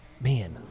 man